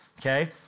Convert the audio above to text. Okay